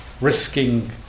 risking